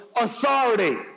authority